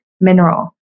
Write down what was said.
mineral